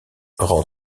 rend